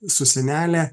su senele